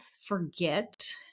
forget